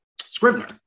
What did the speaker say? Scrivener